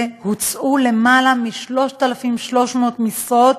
והוצעו יותר מ-3,300 משרות